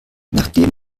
nachdem